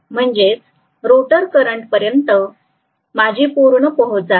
म्हणजेच rotor currents पर्यन्त माझी पूर्ण पोहोच आहे